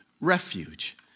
refuge